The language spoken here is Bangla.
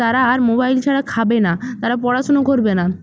তারা আর মোবাইল ছাড়া খাবে না তারা পড়াশোনা করবে না